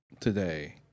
today